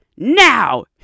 now